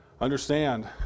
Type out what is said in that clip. understand